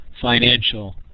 financial